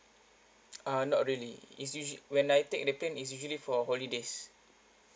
uh not really is usually when I take the plane is usually for holidays